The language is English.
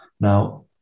Now